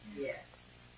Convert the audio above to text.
Yes